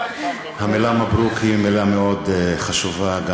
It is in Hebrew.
המילה מברוכ היא מילה מאוד חשובה גם